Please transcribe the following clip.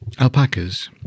Alpacas